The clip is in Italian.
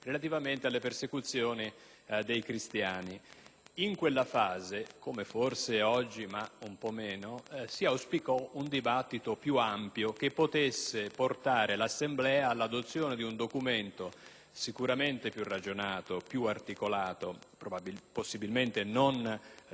In quella fase, anche se forse un po' meno di oggi, si auspicò un dibattito più ampio, che potesse portare l'Assemblea all'adozione di un documento sicuramente più ragionato e più articolato, possibilmente non degradandolo ad ordine del giorno come, ahimè, è avvenuto oggi,